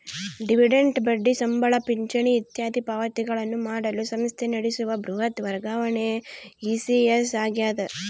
dividend ಬಡ್ಡಿ ಸಂಬಳ ಪಿಂಚಣಿ ಇತ್ಯಾದಿ ಪಾವತಿಗಳನ್ನು ಮಾಡಲು ಸಂಸ್ಥೆ ನಡೆಸುವ ಬೃಹತ್ ವರ್ಗಾವಣೆ ಇ.ಸಿ.ಎಸ್ ಆಗ್ಯದ